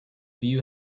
view